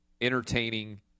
entertaining